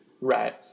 right